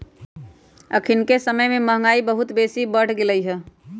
अखनिके समय में महंगाई बहुत बेशी बढ़ गेल हइ